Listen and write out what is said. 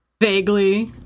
Vaguely